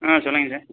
ஆ சொல்லுங்க சார்